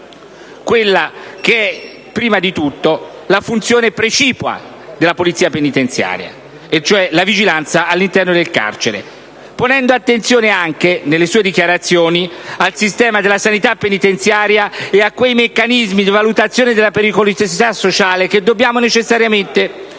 quella che è prima di tutto la funzione precipua della Polizia penitenziaria, cioè la vigilanza all'interno del carcere. Nelle sue dichiarazioni è stata altresì posta attenzione al sistema della sanità penitenziaria e a quei meccanismi di valutazione della pericolosità sociale che dobbiamo necessariamente rivedere.